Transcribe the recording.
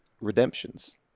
Redemptions